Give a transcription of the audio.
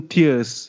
Tears